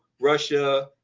Russia